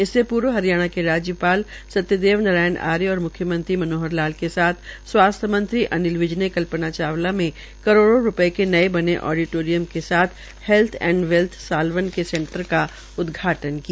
इससे पूर्व हरियाणा के राज्यपाल सत्यदेव नारायण आर्य और मुख्यमंत्री के साथ स्वास्थ्य मंत्री अनिल विज ने कल्पना चावला में करोड़ों रूपये के नये बने ओडीटोरियम के साथ हैल्थ एंड वैल्थ सालवन के सेंटर का उदघाटन किया